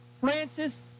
francis